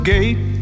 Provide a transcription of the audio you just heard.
Gate